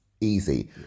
easy